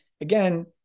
again